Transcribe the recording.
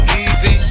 easy